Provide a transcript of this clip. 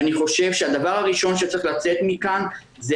ואני חושב שהדבר הראשון שצריך לצאת מכאן זה